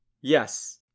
Yes